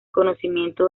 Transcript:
conocimiento